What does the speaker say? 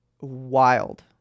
wild